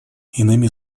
иными